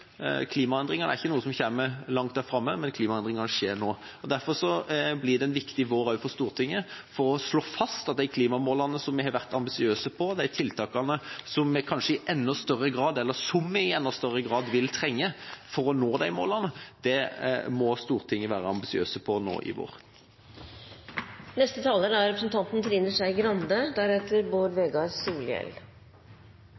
er ikke noe som kommer langt der framme; klimaendringene skjer nå. Derfor blir det en viktig vår på Stortinget for å slå fast at de klimamålene som vi har vært ambisiøse på, de tiltakene som vi i enda større grad vil trenge for å nå disse målene, må Stortinget være ambisiøse på nå i vår. For oss som var observatører i FN under prosessen knyttet til tusenårsmålene, er